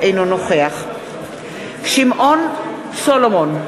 אינו נוכח שמעון סולומון,